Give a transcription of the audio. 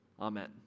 Amen